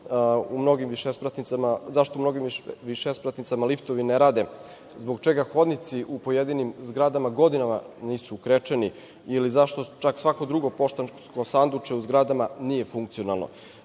zašto u mnogim višespratnicama liftovi ne rade, zbog čega hodnici u pojedinim zgradama godinama nisu krečeni ili zašto čak svako drugo poštansko sanduče u zgradama nije funkcionalno. Naravno,